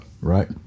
right